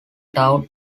town